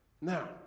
Now